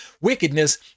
wickedness